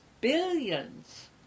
billions